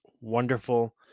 wonderful